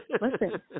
listen